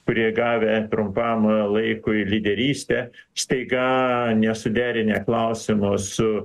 kurie gavę trumpam laikui lyderystę staiga nesuderinę klausimų su